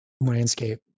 landscape